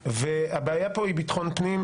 הבעיה פה היא ביטחון פנים.